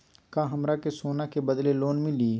का हमरा के सोना के बदले लोन मिलि?